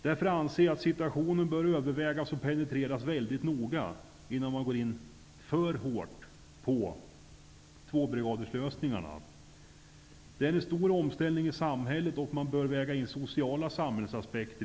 Därför anser jag att situationen bör övervägas och penetreras väldigt noga, innan man går in för hårt på tvåbrigaderslösningarna. Det innebär en stor omställning i samhället, och man bör väga in även sociala samhällsaspekter.